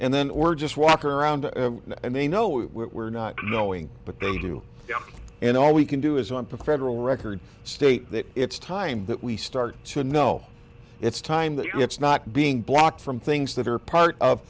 and then or just walk around and they know we're not knowing but they do and all we can do is on a credible record state that it's time that we start to know it's time that it's not being blocked from things that are part of